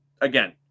Again